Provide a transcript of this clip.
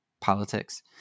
politics